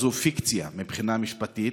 פיקציה מבחינה משפטית,